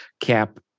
Cap